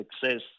success